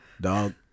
dog